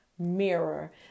mirror